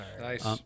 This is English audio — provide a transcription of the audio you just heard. Nice